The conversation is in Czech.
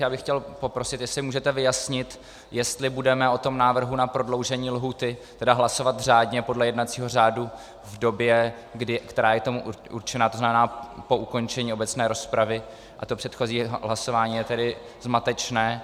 Já bych chtěl poprosit, jestli můžete vyjasnit, jestli budeme o tom návrhu na prodloužení lhůty hlasovat řádně podle jednacího řádu v době, která je tomu určena, tzn. po ukončení obecné rozpravy, a to předchozí hlasování je tedy zmatečné.